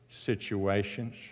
Situations